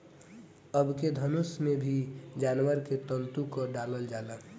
अबके धनुष में भी जानवर के तंतु क डालल जाला